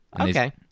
Okay